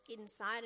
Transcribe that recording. inside